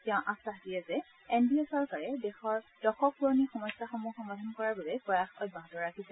তেওঁ আশ্বাস দিয়ে যে এন ডি এ চৰকাৰে দেশৰ দশক পুৰণি সমস্যাসমূহ সমাধান কৰাৰ বাবে প্ৰয়াস অব্যাহত ৰাখিছে